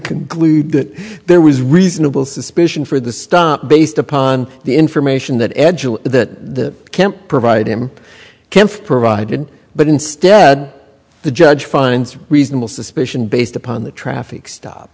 conclude that there was reasonable suspicion for the stop based upon the information that edgel the camp provided him comfort provided but instead the judge finds reasonable suspicion based upon the traffic stop